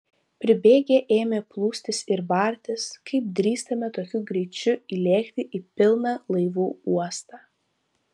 pribėgę ėmė plūstis ir bartis kaip drįstame tokiu greičiu įlėkti į pilną laivų uostą